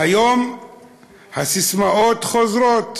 היום הססמאות חוזרות